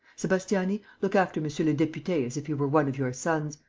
sebastiani, look after monsieur le depute as if he were one of your sons.